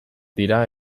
dira